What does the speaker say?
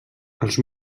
els